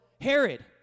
Herod